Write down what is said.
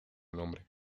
nombre